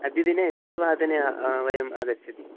अद्य दिने षड्वादने वयम् आगच्छति